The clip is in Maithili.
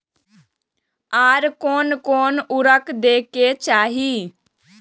आर कोन कोन उर्वरक दै के चाही?